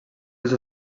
els